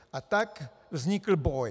A tak vznikl boj.